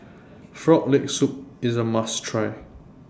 Frog Leg Soup IS A must Try